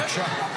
בבקשה,